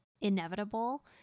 inevitable